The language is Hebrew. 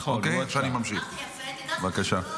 בבקשה.